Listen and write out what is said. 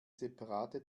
separate